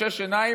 או שש עיניים,